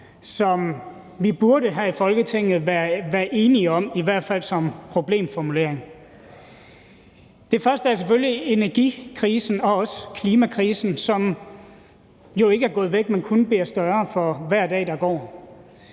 burde være enige om, i hvert fald som problemformulering. Det første er selvfølgelig energikrisen og også klimakrisen, som jo ikke er gået væk, men kun bliver større for hver dag, der går.